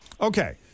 Okay